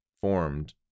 formed